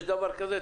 יש דבר כזה?